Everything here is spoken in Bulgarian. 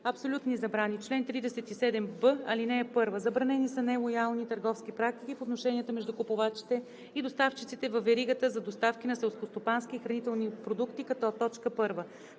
Абсолютни забрани Чл. 37б. (1) Забранени са нелоялни търговски практики в отношенията между купувачите и доставчиците във веригата за доставки на селскостопански и хранителни продукти, като: 1.